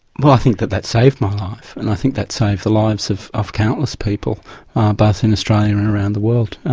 well i think that that saved my life and i think that saved the lives of of countless people both in australia and around the world.